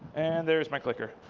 and there's my clicker.